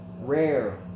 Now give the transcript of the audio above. rare